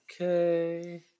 Okay